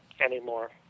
anymore